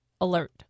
alert